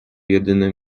jedyne